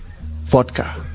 vodka